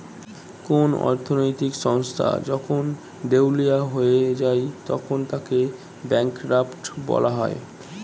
কোন অর্থনৈতিক সংস্থা যখন দেউলিয়া হয়ে যায় তখন তাকে ব্যাঙ্করাপ্ট বলা হয়